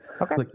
Okay